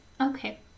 Okay